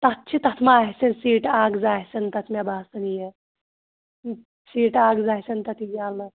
تَتھ چھِ تَتھ ما آسَن سیٖٹہٕ اَکھ زٕ آسَن تَتھ مےٚ باسان یہِ سیٖٹہٕ اَکھ زٕ آسَن تَتھ یَلہٕ